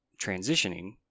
transitioning